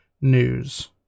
news